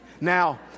Now